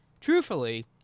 Truthfully